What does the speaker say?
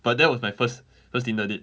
but that was my first first Tinder date